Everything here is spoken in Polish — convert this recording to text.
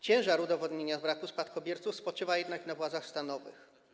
Ciężar udowodnienia braku spadkobierców spoczywa na władzach stanowych.